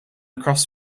across